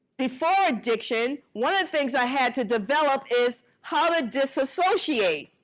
before addiction, one of the things i had to develop is how to disassociate,